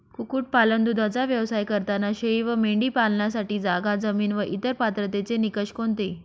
कुक्कुटपालन, दूधाचा व्यवसाय करताना शेळी व मेंढी पालनासाठी जागा, जमीन व इतर पात्रतेचे निकष कोणते?